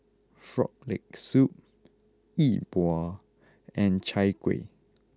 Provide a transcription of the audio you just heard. Frog Leg Soup Yi Bua and Chai Kuih